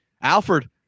Alfred